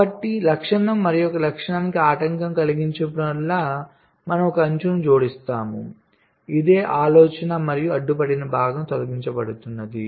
కాబట్టి లక్షణం మరొక లక్షణానికి ఆటంకం కలిగించినప్పుడల్లా మనము ఒక అంచుని జోడిస్తాము ఇది ఆలోచన మరియు అడ్డుపడిన భాగం తొలగించబడుతుంది